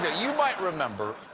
you might remember,